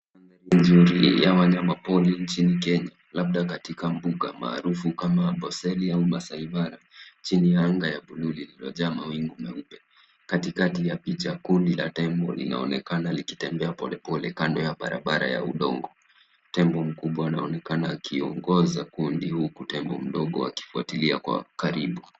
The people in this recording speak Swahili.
Mandhari hii ya wanyama pori nchini kenya labda katika mbuga maarufu kama amboseli au maasai mara chini ya anga la bluu lililojaa mawingu meupe. Katikati ya picha kundi a tembo linaonekana likitembea polepole kando ya barabara ya udongo. Tembo mkubwa unaonekana akiongoza kundi huku tembo mdogo akifuatilia kwa karibu.